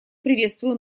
приветствую